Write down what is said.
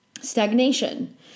stagnation